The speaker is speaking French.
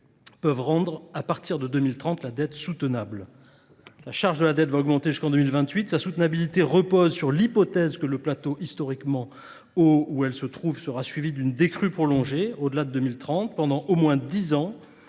peuvent rendre à partir de 2030 la dette soutenable. La charge de la dette va augmenter jusqu'en 2028. Sa soutenabilité repose sur l'hypothèse que le plateau historiquement haut où elle se trouve sera suivi d'une décrue prolongée au-delà de 2030 pendant au moins dix ans.